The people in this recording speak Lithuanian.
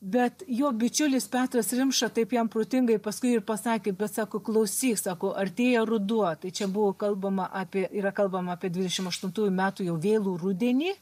bet jo bičiulis petras rimša taip jam protingai paskui ir pasakė bet sako klausyk sako artėja ruduo tai čia buvo kalbama apie yra kalbama apie dvidešimt aštuntųjų metų jau vėlų rudenį